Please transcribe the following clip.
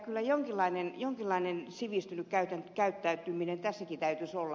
kyllä jonkinlainen sivistynyt käyttäytyminen tässäkin täytyisi olla